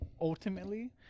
ultimately